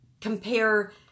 compare